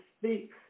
speak